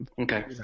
Okay